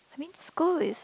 I mean school is